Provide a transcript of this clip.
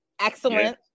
Excellent